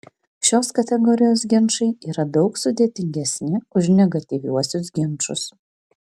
šios kategorijos ginčai yra daug sudėtingesni už negatyviuosius ginčus